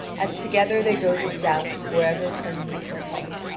as together they go to joust wherever tournaments are held.